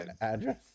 address